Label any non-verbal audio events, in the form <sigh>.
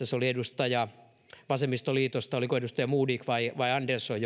<unintelligible> se oli edustaja vasemmistoliitosta en muista oliko se edustaja modig vai vai andersson <unintelligible>